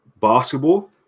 basketball